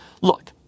Look